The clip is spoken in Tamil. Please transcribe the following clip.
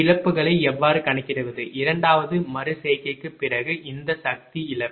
இழப்புகளை எவ்வாறு கணக்கிடுவது இரண்டாவது மறு செய்கைக்குப் பிறகு இந்த சக்தி இழப்பு